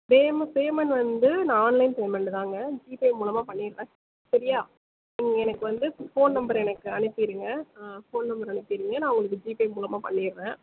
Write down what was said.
payment வந்து நான் online payment தாங்க ஜிபே மூலமாக பண்ணிடுவேன் சரியா நீங்கள் எனக்கு வந்து ஃபோன் நம்பர் எனக்கு அனுப்பிடுங்க ஆ ஃபோன் நம்பர் எனக்கு அனுப்பிடுங்க நான் உங்களுக்கு ஜிபே மூலமாக பண்ணிட்றேன்